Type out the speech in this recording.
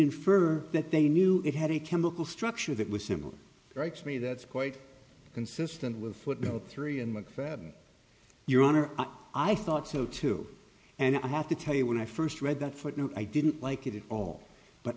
infer that they knew it had a chemical structure that was similar writes me that's quite consistent with what will three and mcfadden your honor i thought so too and i have to tell you when i first read that footnote i didn't like it at all but